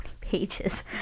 pages